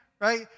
Right